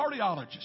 cardiologist